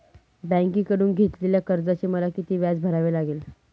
बँकेकडून घेतलेल्या कर्जाचे मला किती व्याज भरावे लागेल?